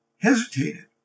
hesitated